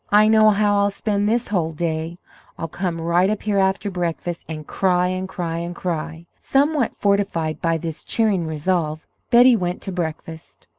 i know how i'll spend this whole day i'll come right up here after breakfast and cry and cry and cry! somewhat fortified by this cheering resolve, betty went to breakfast.